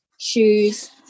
shoes